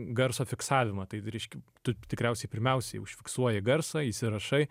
garso fiksavimą tai reiški tu tikriausiai pirmiausiai užfiksuoji garsą įsirašai